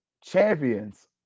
champions